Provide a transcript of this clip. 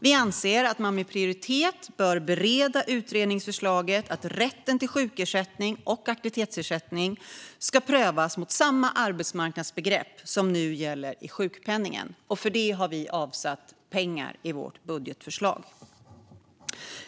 Vi anser att man med prioritet bör bereda utredningsförslaget att rätten till sjukersättning och aktivitetsersättning prövas mot samma arbetsmarknadsbegrepp som nu gäller i sjukpenningen. För detta har vi avsatt pengar i vårt budgetförslag.